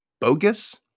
bogus